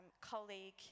colleague